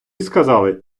сказали